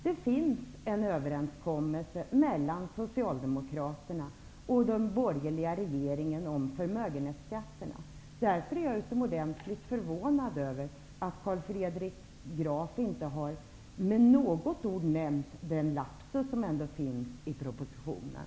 Det finns en överenskommelse mellan Socialdemokraterna och den borgerliga regeringen om förmögenhetsskatten. Därför är jag utomordentligt förvånad över att Carl Fredrik Graf inte med något ord har nämnt den lapsus som finns i propositionen.